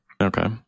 Okay